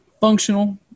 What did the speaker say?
functional